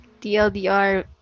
TLDR